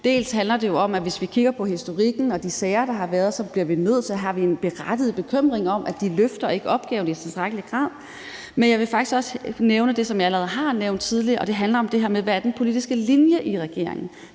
Det handler jo om, at hvis vi kigger på historikken og de sager, der har været, så har vi en berettiget bekymring for, at regeringen ikke løfter opgaven i tilstrækkelig grad. Men jeg vil faktisk også nævne det, som jeg allerede har nævnt tidligere, og det handler om det her med, hvad der er den politiske linje i regeringen.